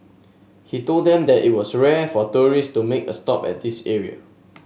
he told them that it was rare for tourists to make a stop at this area